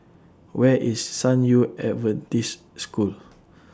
Where IS San Yu Adventist School